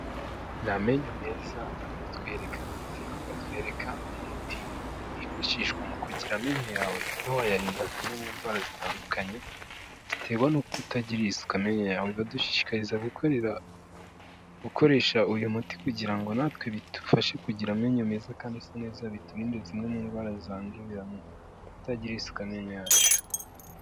Ni amenyo meza bari kutwereka ndetse bakatwereka n'umuti. wifashishwa mu kugira amenyo yawe ube wayarinda zimwe mu ndwara zitandukanye, ziterwa no kutagirira isuka amenya yawe. Badushishikariza gukoresha uyu muti, kugira ngo natwe bidufashe kugira amenyo meza kandi asa neza, biturinde zimwe mu ndwara zandurira mu kutagirira isuku amenyo yacu.